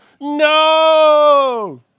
No